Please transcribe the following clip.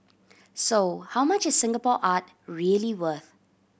so how much is Singapore art really worth